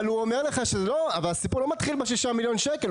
אבל הוא אומר לך שהסיפור לא מתחיל ב-6 מיליון שקלים,